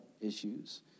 issues